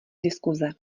diskuze